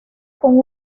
con